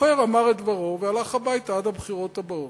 הבוחר אמר את דברו והלך הביתה עד הבחירות הבאות,